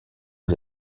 aux